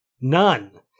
None